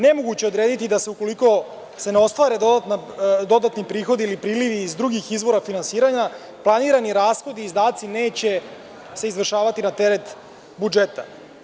Nemoguće je odrediti da se, ukoliko se ne ostvare dodatni prilivi ili prihodi iz drugih izvora finansiranja, planirani rashodi i izdaci neće se ivršavati na teret budžeta.